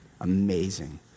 Amazing